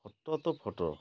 photo ତ photo